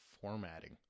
formatting